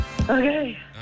Okay